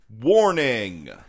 Warning